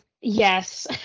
yes